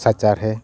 ᱥᱟᱪᱟᱨᱦᱮᱫ